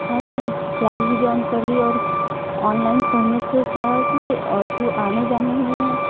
online class भी join कर ली अनलाइन पढ़ने से क्या है कि जो आने जाने में